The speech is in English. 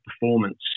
performance